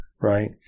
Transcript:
right